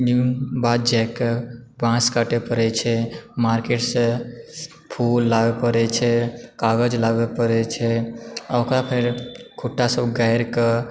बाध जाइके बाँस काटय पड़य छै मार्केटसँ फूल लाबय पड़ैत छै कागज लाबय पड़ैत छै आओर ओकरा फेर खुट्टासभ गारिके